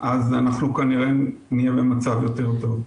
אנחנו כנראה נהיה במצב יותר טוב.